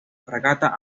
fragata